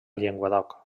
llenguadoc